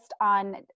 on